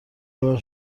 الان